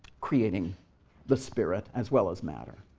creating the spirit as well as matter,